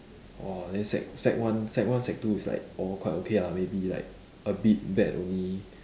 !wah! then sec sec one sec one sec-two is like all quite okay lah maybe like a bit bad only